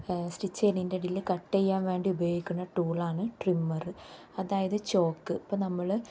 stitch ചെയ്യുന്നതിൻ്റെ ഇടയിൽ cut ചെയ്യാൻ വേണ്ടി ഉപയോഗിക്കുന്ന ടൂളാണ് ട്രിമ്മറ് അതായത് ചോക്ക് ഇപ്പം നമ്മൾ